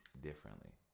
differently